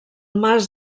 mas